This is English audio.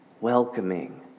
welcoming